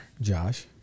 Josh